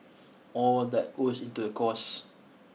all that goes into the cost